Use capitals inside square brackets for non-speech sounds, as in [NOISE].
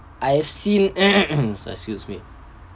I've seen [COUGHS] excuse me